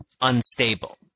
unstable